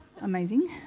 amazing